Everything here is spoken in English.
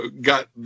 got